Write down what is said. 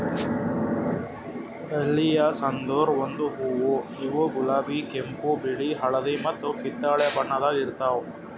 dahlias ಅಂದುರ್ ಒಂದು ಹೂವು ಇವು ಗುಲಾಬಿ, ಕೆಂಪು, ಬಿಳಿ, ಹಳದಿ ಮತ್ತ ಕಿತ್ತಳೆ ಬಣ್ಣದಾಗ್ ಇರ್ತಾವ್